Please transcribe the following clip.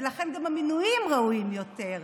ולכן גם המינויים ראויים יותר.